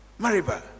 Mariba